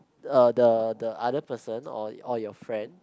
uh the the other person or or your friend